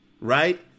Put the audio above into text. right